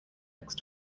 next